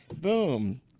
boom